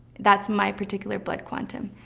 that's my particular blood quantum.